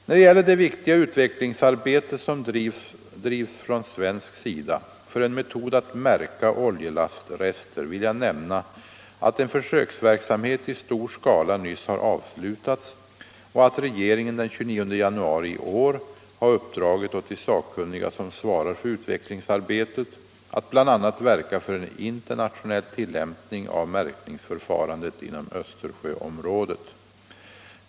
När det gäller det viktiga utvecklingsarbete som drivs från svensk sida för en metod att märka oljelastrester vill jag nämna, att en försöksverksamhet i stor skala nyss har avslutats och att regeringen den 29 januari i år har uppdragit åt de sakkunniga som svarar för utvecklingsarbetet att bl.a. verka för en internationell tillämpning av märkningsförfarandet inom Östersjöområdet.